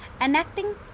Enacting